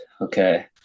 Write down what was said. okay